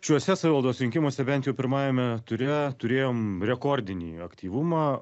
šiuose savivaldos rinkimuose bent jau pirmajame ture turėjom rekordinį aktyvumą